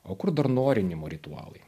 o kur dar nuorinimo ritualai